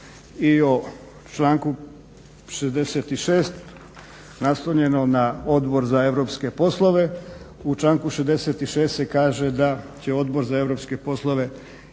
i o članku 66. naslovljenom na Odbor za europske poslove. U članku 66. se kaže da će Odbor za europske poslove imati